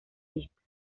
listas